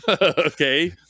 okay